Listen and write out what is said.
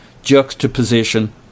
juxtaposition